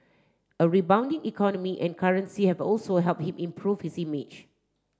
a rebounding economy and currency have also help him improve his image